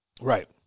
Right